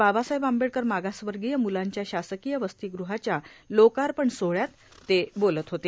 बाबासाहेब आंबेडकर मागासवर्गीय म्लांच्या शासकीय वसतीगृहाच्या लोकार्पण सोहळ्यात ते बोलत होते